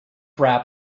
wrap